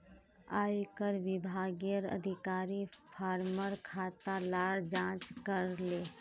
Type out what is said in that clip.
आयेकर विभागेर अधिकारी फार्मर खाता लार जांच करले